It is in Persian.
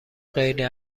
غیر